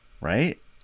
right